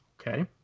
Okay